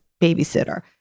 babysitter